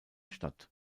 statt